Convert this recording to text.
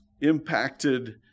Impacted